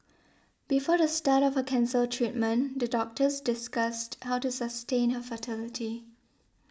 before the start of her cancer treatment the doctors discussed how to sustain her fertility